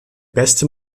beste